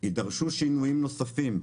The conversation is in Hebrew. יידרשו שינויים נוספים.